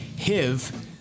hiv